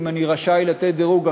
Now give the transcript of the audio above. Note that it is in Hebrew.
אם אני רשאי לתת דירוג,